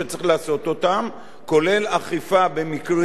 כולל אכיפה במקרים שצריך לאכוף.